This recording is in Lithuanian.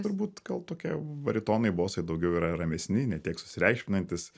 turbūt gal tokie baritonai bosai daugiau yra ramesni ne tiek susireikšminantys